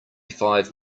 five